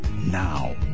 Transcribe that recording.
Now